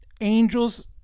angels